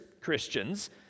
Christians